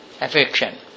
affection